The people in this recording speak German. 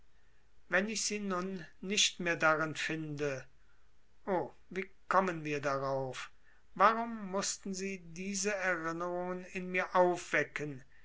wenn ich sie nun nicht mehr darin finde o wie kommen wir darauf warum mußten sie diese erinnerungen in mir aufwecken